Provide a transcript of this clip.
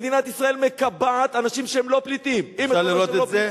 מדינת ישראל מקבעת אנשים שהם לא פליטים אפשר לראות את זה?